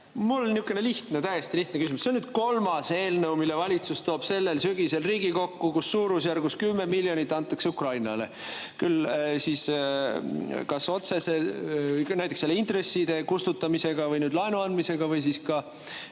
lihtne, täiesti lihtne küsimus. See on nüüd kolmas eelnõu, mille valitsus toob sellel sügisel Riigikokku, kus suurusjärgus 10 miljonit antakse Ukrainale, kas näiteks intresside kustutamisega või laenu andmisega, ka